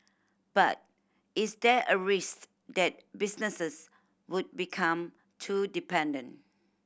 but is there a risk that businesses would become too dependent